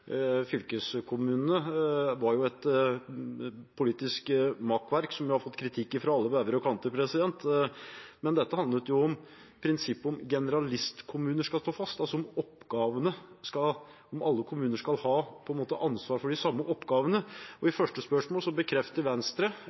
fylkeskommunene var et politisk makkverk som har fått kritikk fra alle bauger og kanter. Dette handlet om hvorvidt prinsippet om generalistkommuner skal stå fast, altså om alle kommuner skal ha ansvar for de samme oppgavene. I svaret på mitt første spørsmål bekreftet Venstre